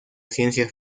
ciencia